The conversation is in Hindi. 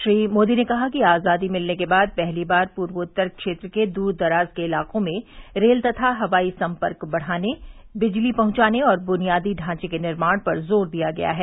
श्री मोदी ने कहा कि आजादी मिलने के बाद पहली बार पूर्वोत्तर क्षेत्र के दूरदराज के इलाकों में रेल तथा हवाई संपर्क बढ़ाने बिजली पहंचाने और बुनियादी ढांचे के निर्माण पर जोर दिया गया है